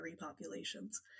populations